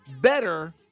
better